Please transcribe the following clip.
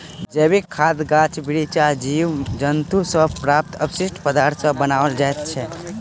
जैविक खाद गाछ बिरिछ आ जीव जन्तु सॅ प्राप्त अवशिष्ट पदार्थ सॅ बनाओल जाइत छै